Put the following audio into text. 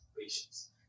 patience